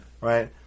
Right